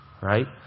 right